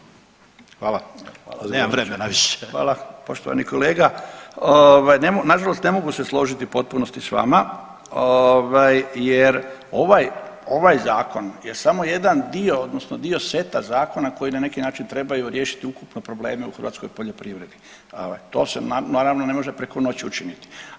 Poštovani kolega, nažalost ne mogu se složiti u potpunosti s vama jer ovaj zakon je samo jedan dio odnosno dio seta zakona koji na neki način trebaju riješiti ukupno probleme u hrvatskoj poljoprivredi, to se naravno ne može preko noći učiniti.